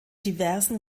diversen